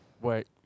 Wait